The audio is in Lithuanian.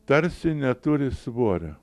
tarsi neturi svorio